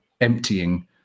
emptying